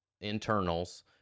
internals